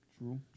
True